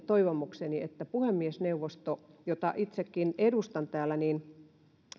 toivomukseni on että puhemiesneuvosto jota itsekin edustan täällä